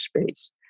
Space